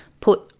put